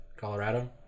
Colorado